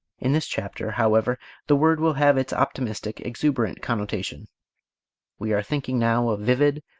in this chapter, however the word will have its optimistic, exuberant connotation we are thinking now of vivid,